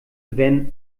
wenn